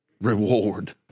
reward